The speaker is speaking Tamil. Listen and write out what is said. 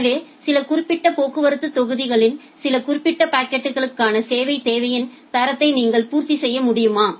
எனவே சில குறிப்பிட்ட போக்குவரத்து தொகுதிகளின் சில குறிப்பிட்ட பாக்கெட்டுகளுக்கானs சேவைத் தேவையின் தரத்தை நீங்கள் பூர்த்தி செய்ய முடியுமா